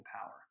power